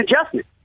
adjustment